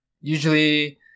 usually